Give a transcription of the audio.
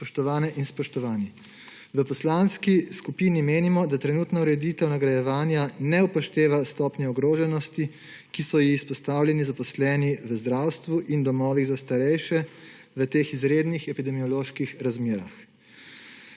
Spoštovane in spoštovani, v poslanski skupini menimo, da trenutna ureditev nagrajevanja ne upošteva stopnje ogroženosti, ki so ji izpostavljeni zaposleni v zdravstvu in domovih za starejše v teh izrednih epidemioloških razmerah.